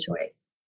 choice